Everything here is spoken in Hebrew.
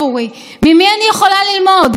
חיפשתי סוג של חנה בבלי.